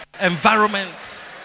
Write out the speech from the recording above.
Environment